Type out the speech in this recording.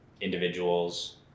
individuals